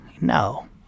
No